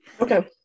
Okay